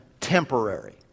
temporary